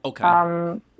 Okay